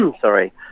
sorry